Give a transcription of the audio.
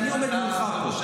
אני עומד מולך פה.